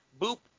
boop